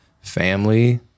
family